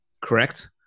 Correct